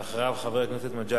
ואחריו, חבר הכנסת מגלי